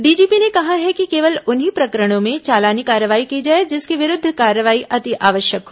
DGP ने कहा है कि केवल उन्हीं प्रकरणों में चालानी कार्रवाई की जाए जिसके विरूद्व कार्रवाई अति आवश्यक हो